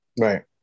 Right